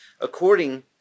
according